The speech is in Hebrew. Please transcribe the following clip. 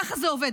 ככה זה עובד.